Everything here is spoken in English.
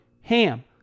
HAM